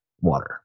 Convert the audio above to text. Water